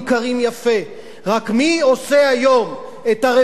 רק מי עושה היום את הרווחים בספרים?